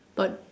tod~